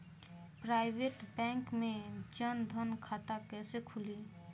Private bank मे जन धन खाता कैसे खुली?